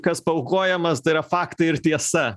kas paaukojamas tai yra faktai ir tiesa